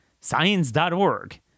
Science.org